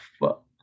fuck